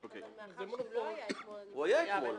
מאחר וזה לא היה אתמול --- הוא היה אתמול,